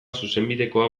zuzenbidekoa